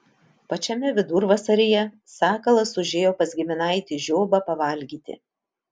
pačiame vidurvasaryje sakalas užėjo pas giminaitį žiobą pavalgyti